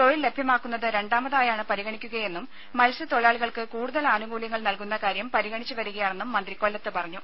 തൊഴിൽ ലഭ്യമാക്കുന്നത് രണ്ടാമതായാണ് പരിഗണിക്കുകയെന്നും മത്സ്യത്തൊഴിലാളികൾക്ക് കൂടുതൽ ആനുകൂല്യങ്ങൾ നൽകുന്ന കാര്യം പരിഗണിച്ച് വരികയാണെന്നും മന്ത്രി കൊല്ലത്ത് പറഞ്ഞു